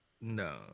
No